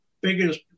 biggest